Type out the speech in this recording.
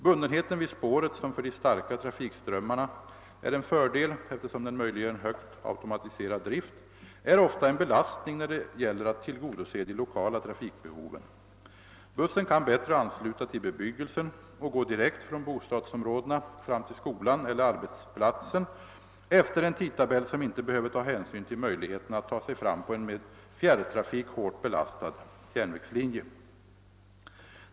Bundenheten vid spåret — som för de starka trafikströmmarna är en fördel, eftersom den möjliggör en högt automatiserad drift — är ofta en belastning när det gäller att tillgodose de lokala trafikbehoven. Bussen kan bättre ansluta till bebyggelsen och gå direkt från bostadsområdena fram till skolan eller arbetsplatsen efter en tidtabell som inte be höver ta hänsyn till möjligheterna att ta sig fram på en med fjärrtrafik hårt belastad järnvägslinje.